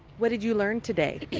what did you learn today?